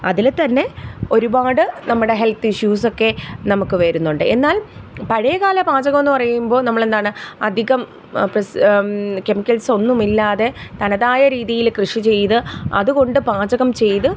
അതിൽ തന്നെ ഒരുപാട് നമ്മടെ ഹെൽത്ത് ഇഷ്യൂസ് ഒക്കെ നമുക്ക് വരുന്നുണ്ട് എന്നാൽ പഴയകാല പാചകം എന്ന് പറയുമ്പോൾ നമ്മളെന്താണ് അധികം കെമിക്കൽസ് ഒന്നും ഇല്ലാതെ തനതായ രീതിയിൽ കൃഷി ചെയ്ത് അതുകൊണ്ട് പാചകം ചെയ്ത്